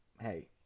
hey